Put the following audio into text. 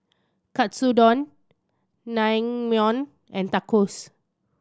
Katsudon Naengmyeon and Tacos